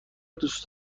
دوست